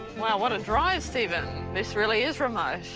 what a drive, stephen. this really is remote.